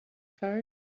card